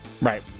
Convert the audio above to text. Right